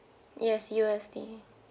yes U_S_D